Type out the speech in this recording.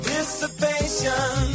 Dissipation